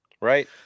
Right